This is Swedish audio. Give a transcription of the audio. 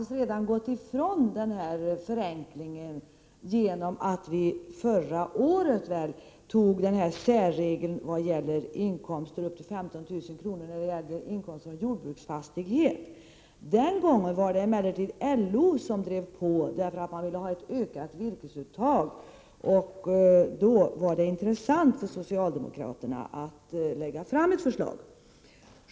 Men vi har ju gått ifrån den här förenklingen, eftersom vi förra året fattade beslut om särregeln om inkomster upp till 15 000 kr. från jordbruksfastighet. Den gången var det LO som drev på, eftersom man ville få en ökning av virkesuttaget. Då var det alltså intressant för socialdemokraterna att lägga fram ett förslag.